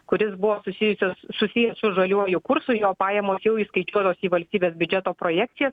kuris buvo susijusius susijęs su žaliuoju kursu jo pajamos jau įskaičiuotos į valstybės biudžeto projekcijas